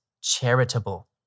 charitable